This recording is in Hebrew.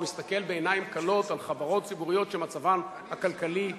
ומסתכל בעיניים כלות על חברות ציבוריות שמצבן הכלכלי קשה,